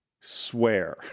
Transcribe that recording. Swear